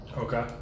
Okay